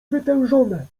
wytężone